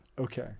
Okay